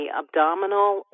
abdominal